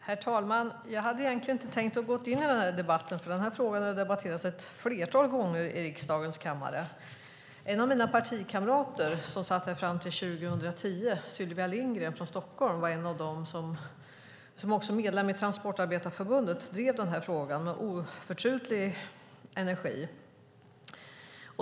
Herr talman! Jag hade egentligen inte tänkt gå in i debatten, för den här frågan har debatterats ett flertal gånger i riksdagens kammare. En av mina partikamrater som satt här fram till 2010, Sylvia Lindgren från Stockholm, också medlem i Transportarbetareförbundet, var en av dem som drev frågan med oförtruten energi.